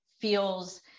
feels